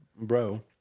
Bro